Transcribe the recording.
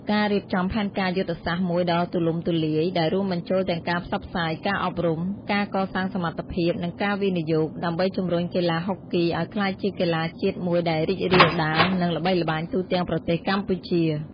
ការរៀបចំផែនការយុទ្ធសាស្ត្រមួយដ៏ទូលំទូលាយ ដែលរួមបញ្ចូលទាំងការផ្សព្វផ្សាយ ការអប់រំ ការកសាងសមត្ថភាព និងការវិនិយោគ ដើម្បីជំរុញកីឡាហុកគីឱ្យក្លាយជាកីឡាជាតិមួយដែលរីករាលដាល និងល្បីល្បាញទូទាំងប្រទេសកម្ពុជា។